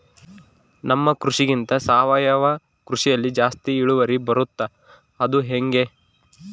ನಮ್ಮ ಕೃಷಿಗಿಂತ ಸಾವಯವ ಕೃಷಿಯಲ್ಲಿ ಜಾಸ್ತಿ ಇಳುವರಿ ಬರುತ್ತಾ ಅದು ಹೆಂಗೆ?